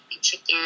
chicken